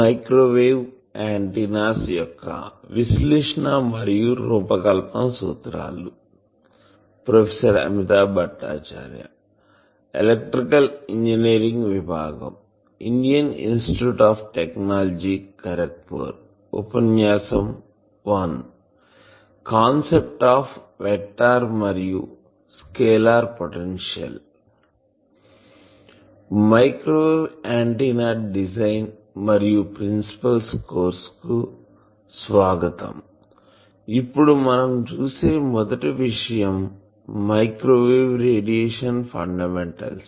microwave antenna design మరియు principles కోర్సుకు స్వాగతం ఇప్పుడు మనం చూసే మొదటి విషయం మైక్రోవేవ్ రేడియేషన్ ఫండమెంటల్స్